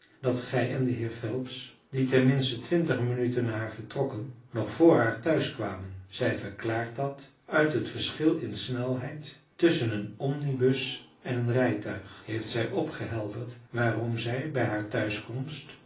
dat gij en de heer phelps die ten minste twintig minuten na haar vertrokken nog voor haar thuis kwamen zij verklaart dat uit het verschil in snelheid tusschen een omnibus en een rijtuig heeft zij opgehelderd waarom zij bij haar thuiskomst